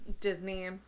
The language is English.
Disney